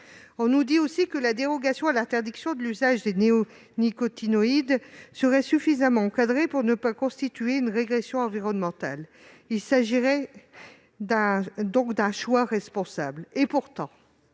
On nous dit aussi que la dérogation à l'interdiction de l'usage des néonicotinoïdes serait suffisamment encadrée pour ne pas constituer une régression environnementale. Il s'agirait donc d'un choix responsable. Pourtant,